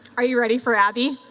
are you ready for abby?